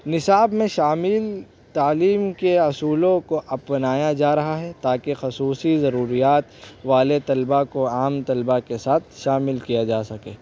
نصاب میں شامل تعلیم کے اصولوں کو اپنایا جا رہا ہے تاکہ خصوصی ضروریات والے طلبہ کو عام طلبہ کے ساتھ شامل کیا جا سکے